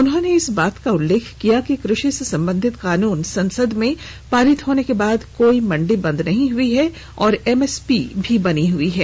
उन्होंने इस बात का उल्लेख किया कि कृषि से संबंधित कानून संसद में पारित होने के बाद कोई मंडी बंद नहीं हुई है और एमएसपी भी बनी हुई है